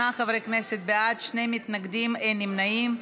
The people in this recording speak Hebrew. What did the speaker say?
68 חברי כנסת בעד, שני מתנגדים, אין נמנעים.